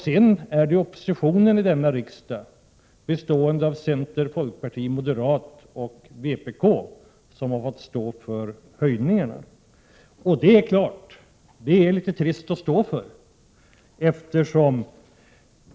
Sedan har oppositionen i denna riksdag, bestående av centerpartiet, folkpartiet, moderata samlingspartiet och vpk, fått stå för höjningen. Det är naturligtvis litet trist.